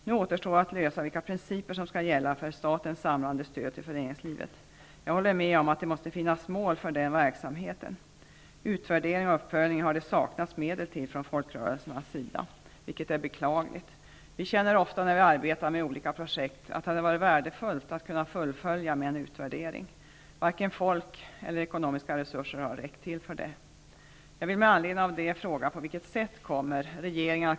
Nu återstår att lösa vilka principer som skall gälla för statens samlade stöd till föreningslivet. Jag håller med om att det måste finnas mål för den verksamheten. Det har saknats medel till utvärdering och uppföljning från folkrörelsernas sida. Det är beklagligt. När vi arbetar med olika projekt känner vi ofta att det hade varit värdefullt att kunna följa upp med en utvärdering.